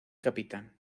capitán